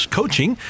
coaching